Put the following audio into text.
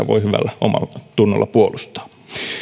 voi hyvällä omallatunnolla puolustaa